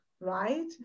right